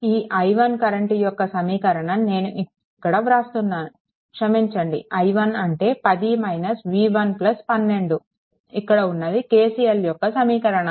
ఈ i1 current యొక్క సమీకరణం నేను ఇక్కడ వ్రాస్తున్నాను క్షమించండి i1 అంటే 10 v1 12 ఇక్కడ ఉన్నది KCL యొక్క సమీకరణాలు